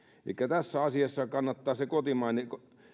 elikkä tässä asiassa kannattaa se kotimainen